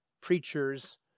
preachers